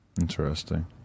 interesting